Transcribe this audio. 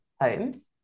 homes